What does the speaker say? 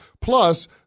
Plus